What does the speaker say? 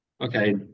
okay